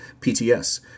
pts